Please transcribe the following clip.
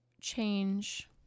change